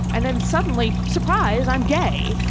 and then, suddenly, surprise, i'm gay.